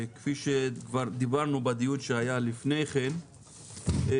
כפי שכבר דיברנו בדיון שהיה לפני כן אנחנו